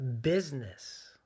business